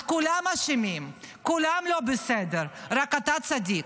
אז כולם אשמים, כולם לא בסדר, ורק אתה צדיק.